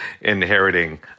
inheriting